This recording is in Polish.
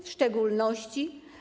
W szczególności?